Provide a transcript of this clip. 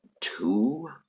two